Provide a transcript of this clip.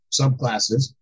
subclasses